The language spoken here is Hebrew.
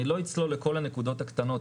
אני לא אצלול לכל הנקודות הקטנות,